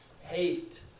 hate